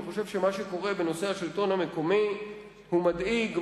אני חושב שמה שקורה בנושא השלטון המקומי הוא מדאיג,